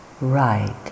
right